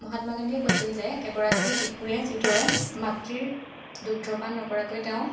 মহাত্মা গান্ধীয়ে কৈছিল যে এগৰাকী শিশুৱে যিদৰে মাতৃৰ দুগ্ধপান নকৰাকৈ তেওঁ